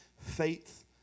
faith